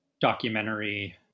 documentary